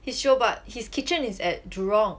his sio ba his kitchen is at jurong